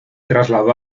trasladó